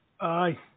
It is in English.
Aye